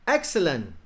Excellent